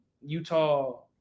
Utah